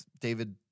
David